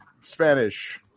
Spanish